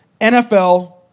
NFL